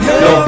no